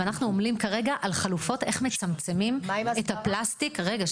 אנחנו עומלים כרגע על חלופות לאיך מצמצמים את הפלסטיק --- רגע,